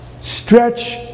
stretch